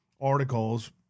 articles